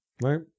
right